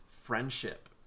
friendship